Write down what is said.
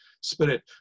spirit